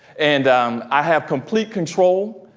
and um i have complete control.